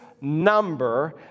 number